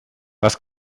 was